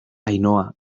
ainhoa